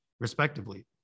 respectively